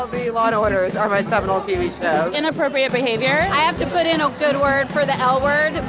all the law and orders are my seminal tv shows inappropriate behavior i have to put in a good word for the l word,